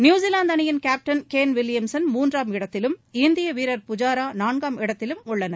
New Zealand அணியின் captain Kane Williamson மூன்றாம் இடத்திலும் இந்திய வீரர் புஜாரா நான்காம் இடத்திலும் உள்ளனர்